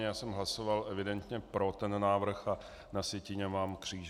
Já jsem hlasoval evidentně pro ten návrh, a na sjetině mám křížek.